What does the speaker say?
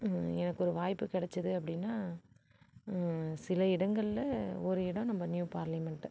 எனக்கு ஒரு வாய்ப்பு கிடைச்சிது அப்படின்னா சில இடங்களில் ஒரு இடம் நம்ப நியூ பார்லிமெண்ட்டு